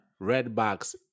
Redbox